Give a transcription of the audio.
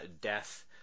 death